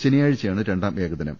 ശനിയാഴ്ചയാണ് ര്ണ്ടാം ഏകദിനം